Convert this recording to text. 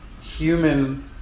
human